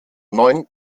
neun